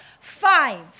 Five